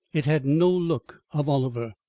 it had no look of oliver.